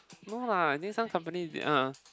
no lah I think some company they are